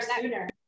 sooner